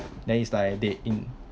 then it's like they in